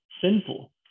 sinful